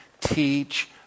teach